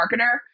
marketer